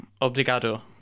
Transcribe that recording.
Obrigado